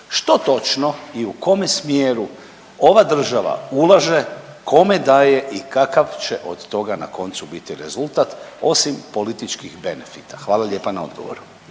Što točno i u kome smjeru ova država ulaže, kome daje i kakav će od toga na koncu biti rezultat, osim političkih benefita? Hvala lijepa na odgovoru.